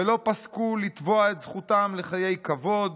ולא פסקו לתבוע את זכותם לחיי כבוד,